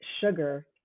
sugar